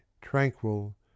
tranquil